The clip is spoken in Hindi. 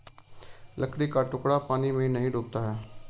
लकड़ी का टुकड़ा पानी में नहीं डूबता है